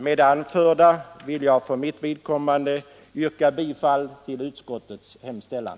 Med det anförda ber jag att få yrka bifall till utskottets hemställan.